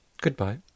Goodbye